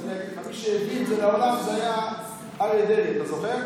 מי שהביא את זה לעולם היה אריה דרעי, אתה זוכר?